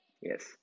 yes